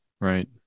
Right